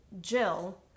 Jill